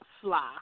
fly